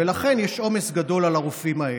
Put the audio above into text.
ולכן יש עומס גדול על הרופאים האלה.